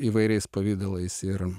įvairiais pavidalais ir